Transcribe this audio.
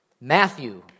Matthew